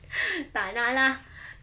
tak nak lah